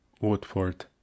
woodford